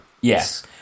Yes